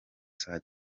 saa